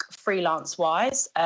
freelance-wise